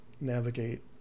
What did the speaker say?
navigate